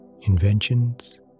inventions